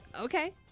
Okay